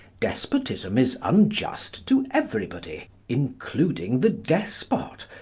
despotism is unjust to everybody, including the despot,